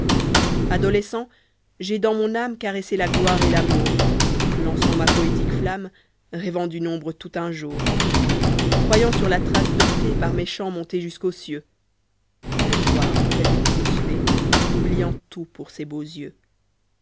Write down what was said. adolescent j'ai dans mon âme caressé la gloire et l'amour lançant ma poétique flamme rêvant d'une ombre tout un jour croyant sur la frace d'orphée par mes chants monter jusqu'aux cieux le soir près d'une douce fée oubliant tout pour ses beaux yeux